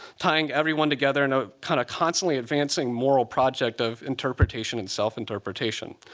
tying everyone together in a kind of constantly advancing moral project of interpretation and self-interpretation.